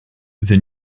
the